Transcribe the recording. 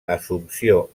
assumpció